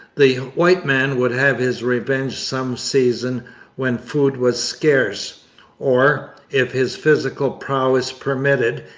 the white man would have his revenge some season when food was scarce or, if his physical prowess permitted,